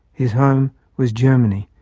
his home was germany,